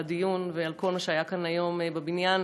הדיון ועל כל מה שהיה כאן היום בבניין.